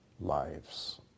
lives